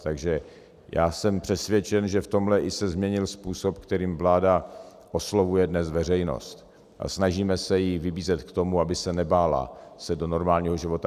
Takže já jsem přesvědčen, že i v tomhle se změnil způsob, kterým vláda oslovuje dnes veřejnost, a snažíme se ji vybízet k tomu, aby se nebála vracet do normálního života.